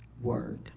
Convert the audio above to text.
word